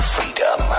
Freedom